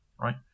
right